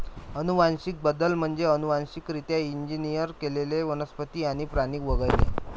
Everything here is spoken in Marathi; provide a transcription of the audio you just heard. अनुवांशिक बदल म्हणजे अनुवांशिकरित्या इंजिनियर केलेले वनस्पती आणि प्राणी वगळणे